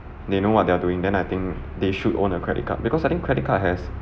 they know what they're doing then I think they should own a credit card because I think credit card has